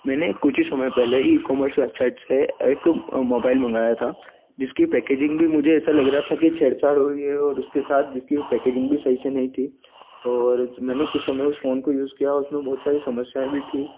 मैंने कुछ ही समय पहले ही ई कॉमर्स वेबसाईट से एक मोबाईल मंगाया था जिसकी पैकेजिंग भी मुझे ऐसा लग रहा था कि छेड़ छाड़ हुई हो और उसके साथ जिसकी भी पैकेजिंग भी सही से नहीं थी और मैंने कुछ समय उस फोन को यूज किया और उसमें बहुत सारी समस्याएँ भी थी